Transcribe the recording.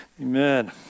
Amen